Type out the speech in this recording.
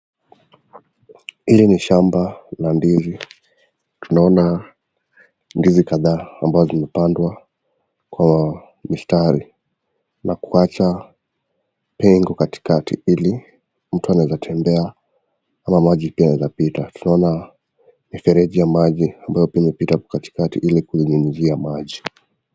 Hili ni shamba la ndizi tunaona ndizi kadhaa ambazo zimepandwa kwa mistari na kuacha pengo katikati ili mtu anaweza tembea ama maji inaweza pita tunaona mifereji ya maji ambayo imepita hapo katikati ili kunyunyuzia maji.